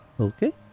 Okay